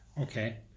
okay